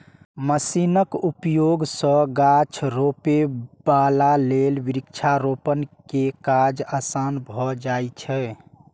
मशीनक उपयोग सं गाछ रोपै बला लेल वृक्षारोपण के काज आसान भए जाइ छै